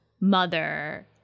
mother